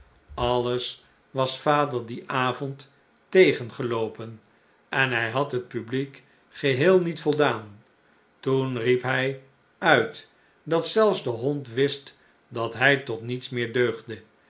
alles was vader dien avond tegengeloopen en hij had het publiek geheel niet voldaan toen riep hij uit dat zelfs de hond wist dat hij tot niets meer deugde